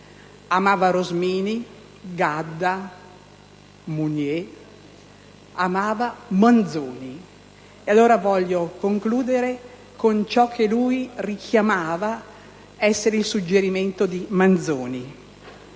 Amava Rosmini, Gadda, Mounier e Manzoni e, allora, voglio concludere con ciò che lui richiamava essere il suggerimento di Manzoni.